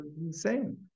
insane